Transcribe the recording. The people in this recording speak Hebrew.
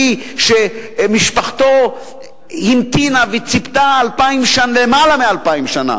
שמשפחתו המתינה וציפתה למעלה מאלפיים שנה